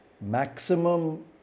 maximum